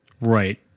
Right